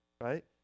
right